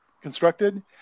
constructed